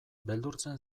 beldurtzen